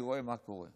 אני רואה מה קורה.